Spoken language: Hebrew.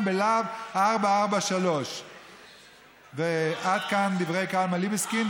בלהב 443." 433. עד כאן דברי קלמן ליבסקינד.